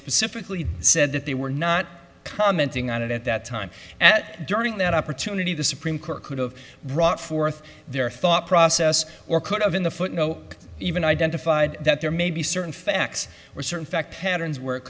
specifically said that they were not commenting on it at that time at during that opportunity the supreme court could have raw forth their thought process or could of in the foot no even identified that there may be certain facts or certain fact patterns where it